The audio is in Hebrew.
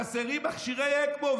חסרים מכשירי אקמו.